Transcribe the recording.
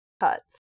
cuts